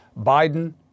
Biden